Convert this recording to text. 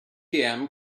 atm